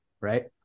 right